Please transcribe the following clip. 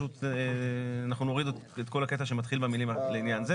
אנחנו נוריד את כל הקטע שמתחיל במילים "לעניין זה",